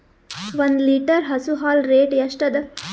ಒಂದ್ ಲೀಟರ್ ಹಸು ಹಾಲ್ ರೇಟ್ ಎಷ್ಟ ಅದ?